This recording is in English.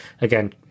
again